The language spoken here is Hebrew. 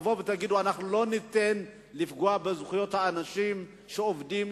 תבואו ותגידו: אנחנו לא ניתן לפגוע בזכויות האנשים שעובדים,